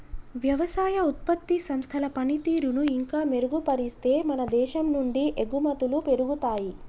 వ్యవసాయ ఉత్పత్తి సంస్థల పనితీరును ఇంకా మెరుగుపరిస్తే మన దేశం నుండి ఎగుమతులు పెరుగుతాయి